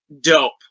dope